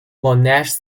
monash